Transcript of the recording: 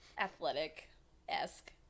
athletic-esque